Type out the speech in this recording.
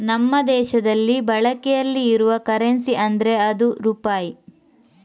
ನಮ್ಮ ದೇಶದಲ್ಲಿ ಬಳಕೆಯಲ್ಲಿ ಇರುವ ಕರೆನ್ಸಿ ಅಂದ್ರೆ ಅದು ರೂಪಾಯಿ